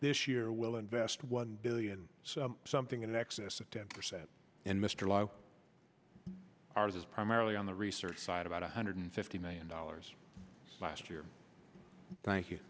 this year will invest one billion something in excess of ten percent and mr low ours is primarily on the research side about one hundred fifty million dollars last year thank you